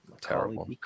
Terrible